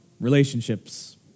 relationships